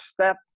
step